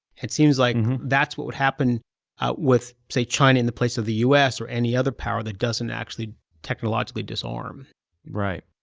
it seems like that's what would happen with, say, china in the place of the us or any other power that doesn't actually technologically disarm. david right.